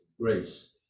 grace